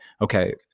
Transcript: okay